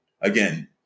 again